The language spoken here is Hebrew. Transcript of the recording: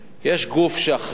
יש גוף שאחראי,